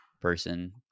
person